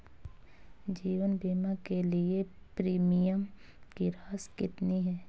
जीवन बीमा के लिए प्रीमियम की राशि कितनी है?